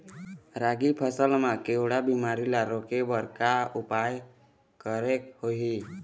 रागी फसल मा केवड़ा बीमारी ला रोके बर का उपाय करेक होही?